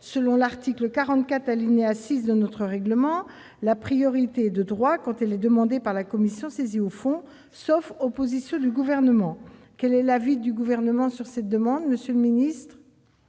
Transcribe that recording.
de l'article 44, alinéa 6, de notre règlement, la priorité est de droit quand elle est demandée par la commission saisie au fond, sauf opposition du Gouvernement. Quel est l'avis du Gouvernement sur cette demande de priorité